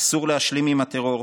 אסור להשלים עם הטרור,